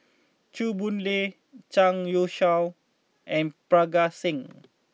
Chew Boon Lay Zhang Youshuo and Parga Singh